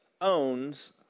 owns